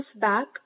back